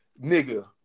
nigga